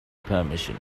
permission